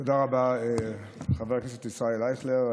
תודה רבה, חבר הכנסת ישראל אייכלר.